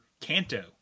Kanto